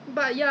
他有 explain